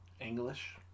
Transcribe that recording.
English